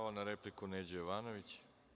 Pravo na repliku, Neđo Jovanović.